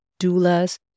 doulas